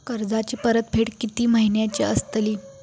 कर्जाची परतफेड कीती महिन्याची असतली?